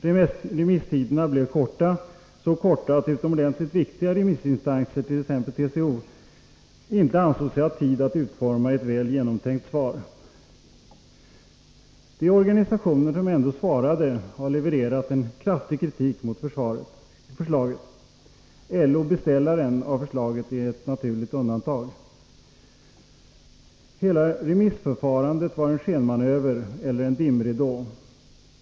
Remisstiderna blev korta, så korta att utomordentligt viktiga remissinstanser, t.ex. TCO, inte ansåg sig ha tid att utforma ett väl genomtänkt svar. De organisationer som ändå svarade har levererat en kraftig kritik mot förslaget. LO, beställaren av förslaget, är ett naturligt undantag. Hela remissförfarandet var en skenmanöver eller en dimridå.